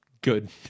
good